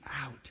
out